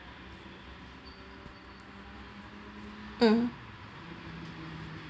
mm